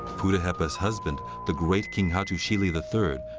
puddaheepa's husband, the great king hattusili the third,